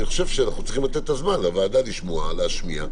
אני חושב שאנחנו צריכים לתת את הזמן לוועדה לשמוע ולהשמיע.